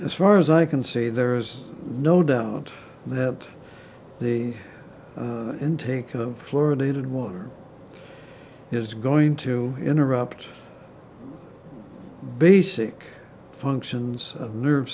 as far as i can see there is no doubt that the intake of fluorinated water is going to interrupt basic functions of nerve